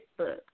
Facebook